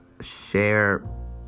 share